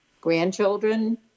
grandchildren